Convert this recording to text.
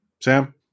Sam